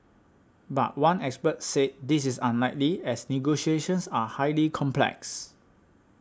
but one expert said this is unlikely as negotiations are highly complex